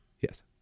yes